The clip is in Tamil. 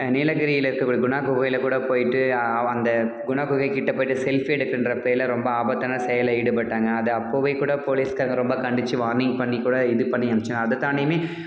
நீலகிரியில் இருக்கக்கூடிய குணா குகையில் கூட போய்ட்டு அந்த குணா குகைக்கிட்டே போய்ட்டு செல்ஃபி எடுக்கிறேன்ற பேரில் ரொம்ப ஆபத்தான செயலில் ஈடுபட்டாங்க அது அப்போவே கூட போலீஸ்காரங்க ரொம்ப கண்டித்து வார்னிங் பண்ணி கூட இது பண்ணி அனுப்பிச்சாங்க அதைத் தாண்டியுமே